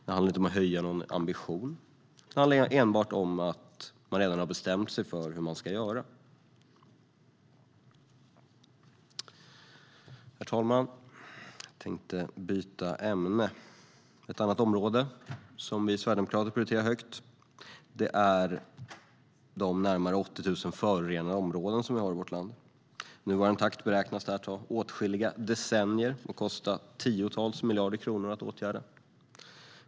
Det handlar inte om att höja någon ambition. Det handlar enbart om att man redan har bestämt sig för hur man ska göra. Herr talman! Jag tänkte nu byta ämne. Ett annat område som vi sverigedemokrater prioriterar högt är de närmare 80 000 förorenade områden som vi har i vårt land. Med nuvarande takt beräknas detta ta åtskilliga decennier och kosta tiotals miljarder kronor att åtgärda.